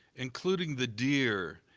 including the deer,